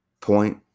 Point